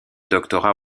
doctorat